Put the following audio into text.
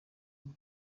biba